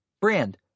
Brand